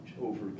over